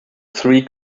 three